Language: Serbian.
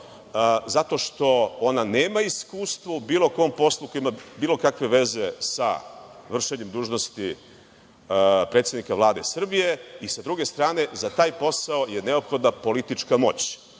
zato što ona nema iskustvo u bilo kom poslu koje ima bilo kakve veze sa vršenjem dužnosti predsednika Vlade Srbije i sa druge strane, za taj posao je neophodna politička